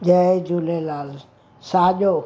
जय झूलेलाल साॼो